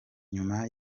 nyuma